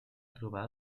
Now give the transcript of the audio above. trobar